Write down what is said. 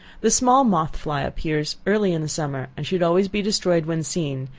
the small moth-fly appears early in the summer, and should always be destroyed when seen,